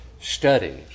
studies